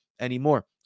anymore